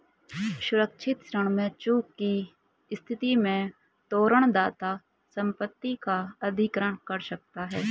सुरक्षित ऋण में चूक की स्थिति में तोरण दाता संपत्ति का अधिग्रहण कर सकता है